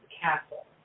castle